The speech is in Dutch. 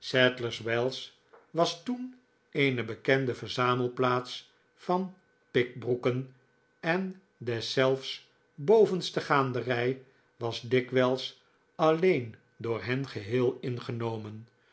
was toen eene bekende verzamelplaats van pikbroeken en deszelfs bovenste gaanderij was dikwijls alleen door hen geheel ingenomen